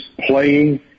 playing